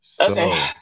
Okay